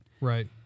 Right